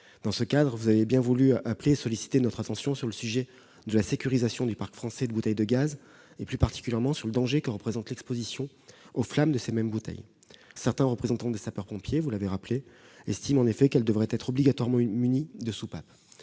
Dans ce cadre, vous avez bien voulu solliciter notre attention sur la sécurisation du parc français de bouteilles de gaz, en soulignant plus particulièrement le danger que constitue l'exposition aux flammes de ces mêmes bouteilles. Certains représentants des sapeurs-pompiers, vous l'avez rappelé, estiment en effet qu'elles devraient être obligatoirement munies de soupapes.